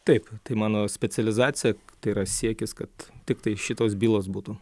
taip tai mano specializacija tai yra siekis kad tiktai šitos bylos būtų